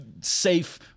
safe